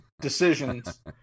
decisions